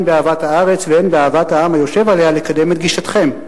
באהבת הארץ והן באהבת העם היושב עליה לקדם את גישתכם.